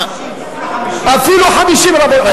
אפילו 50, רבותי.